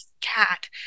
cat